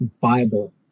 Bible